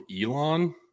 Elon